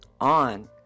on